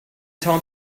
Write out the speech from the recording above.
town